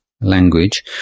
language